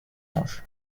ange